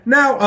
Now